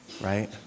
right